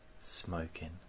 smoking